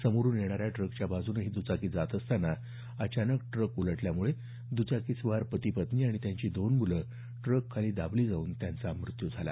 समोरून येणाऱ्या ट्रकच्या बाजूने ही दुचाकी जात असताना अचानक ट्रक उलटल्यामुळे दचाकीस्वार पती पत्नी आणि त्यांची दोन मुलं ट्रकखाली दाबले गेल्यानं त्यांचा मृत्यू झाला